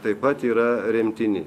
taip pat yra remtini